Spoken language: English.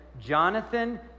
Jonathan